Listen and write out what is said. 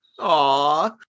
Aw